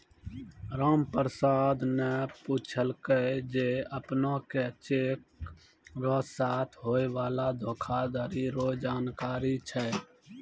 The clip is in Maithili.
रामप्रसाद न पूछलकै जे अपने के चेक र साथे होय वाला धोखाधरी रो जानकारी छै?